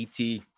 et